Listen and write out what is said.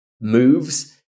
moves